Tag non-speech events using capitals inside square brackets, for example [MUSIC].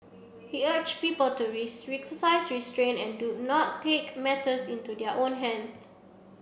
he urged people to [UNINTELLIGIBLE] exercise restraint and do not take matters into their own hands